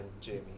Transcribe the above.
Jamie